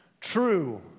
true